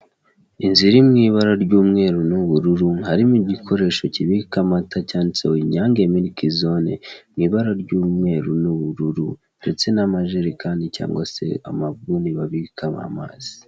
Inzu iri mu ibara ry'umweru n'ubururu, hari mo igikoresho kibika amata cyanditseho inyange milike zone mu ibara ry'umweru n'ubururu ndetse n'amajerekani cyangwa se amabuni babikamo amazi.